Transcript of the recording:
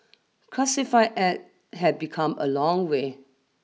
classified ads have become a long way